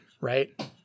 Right